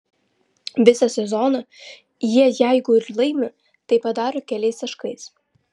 visą sezoną jie jeigu ir laimi tai padaro keliais taškais